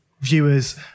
viewers